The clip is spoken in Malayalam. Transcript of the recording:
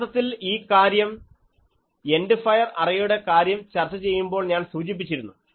യഥാർത്ഥത്തിൽ ഈ കാര്യം എൻഡ് ഫയർ അറേയുടെ കാര്യം ചർച്ച ചെയ്യുമ്പോൾ ഞാൻ സൂചിപ്പിച്ചിരുന്നു